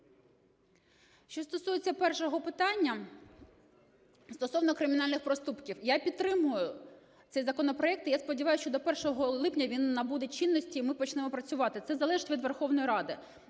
Що стосується першого питання: стосовно кримінальних проступків. Я підтримую цей законопроект і я сподіваюсь, що до 1 липня він набуде чинності і ми почнемо працювати. Це залежить від Верховної Ради